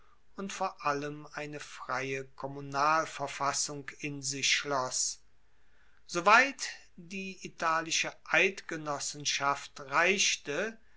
und vor allem eine freie kommunalverfassung in sich schloss so weit die italische eidgenossenschaft reichte